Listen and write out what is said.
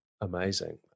Amazing